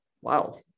Wow